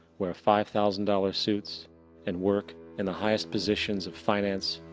wear five thousand dollar suits and work in the highest positions of finance,